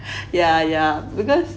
yeah yeah because